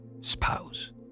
spouse